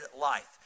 life